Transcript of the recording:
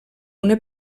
una